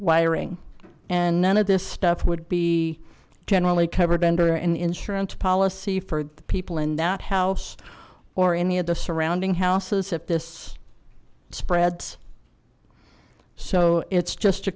wiring and none of this stuff would be generally covered under an insurance policy for the people in that house or any of the surrounding houses if this spreads so it's just a